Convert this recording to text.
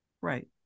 Right